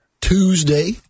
Tuesday